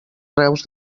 reus